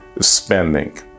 spending